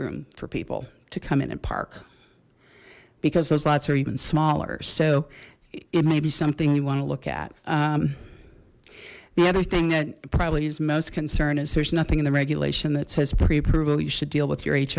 room for people to come in and park because those lots are even smaller so it may be something you want to look at the other thing that probably is most concern is there's nothing in the regulation that says pre approval you should deal with your